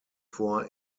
vor